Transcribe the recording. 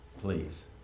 Please